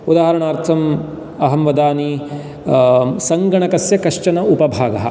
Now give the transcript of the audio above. उदाहरणार्थम् अहं वदानि सङ्गणकस्य कश्चन उपभागः